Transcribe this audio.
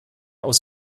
aus